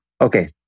Okay